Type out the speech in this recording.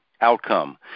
outcome